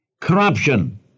corruption